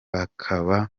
hakaba